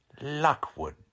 Lockwood